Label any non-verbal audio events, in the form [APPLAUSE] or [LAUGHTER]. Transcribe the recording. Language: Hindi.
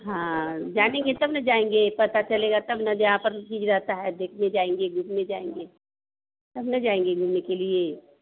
हाँ जानेंगे तब न जाएंगे पता चलेगा तब न जहाँ पर [UNINTELLIGIBLE] रहता है देखने जाएंगे घूमने जाएंगे तब न जाएंगे घूमने के लिए